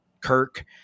Kirk –